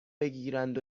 بگیرند